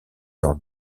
dans